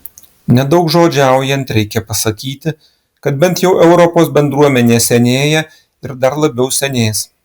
nedaugžodžiaujant reikia pasakyti kad bent jau europos bendruomenė senėja ir dar labiau senės